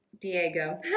Diego